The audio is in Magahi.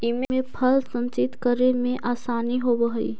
इमे फल संचित करे में आसानी होवऽ हई